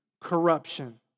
corruption